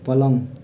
पलङ